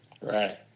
Right